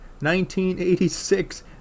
1986